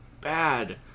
bad